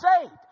saved